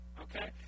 okay